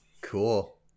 Cool